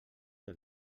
del